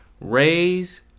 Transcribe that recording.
raise